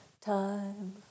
Time